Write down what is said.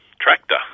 tractor